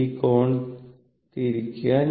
ഈ കോണിൽ തിരിക്കുക